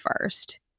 first